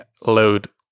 load